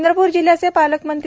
चंद्रप्र जिल्ह्याचे पालकमंत्री ना